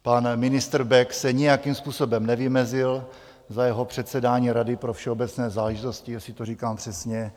Pan ministr Bek se nijakým způsobem nevymezil za jeho předsedání Rady pro všeobecné záležitosti, jestli to říkám přesně.